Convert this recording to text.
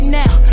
now